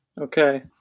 Okay